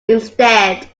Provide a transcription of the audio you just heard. instead